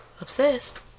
Obsessed